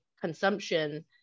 consumption